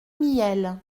mihiel